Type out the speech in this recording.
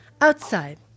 Outside